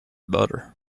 butter